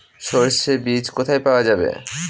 সর্ষে বিজ কোথায় পাওয়া যাবে?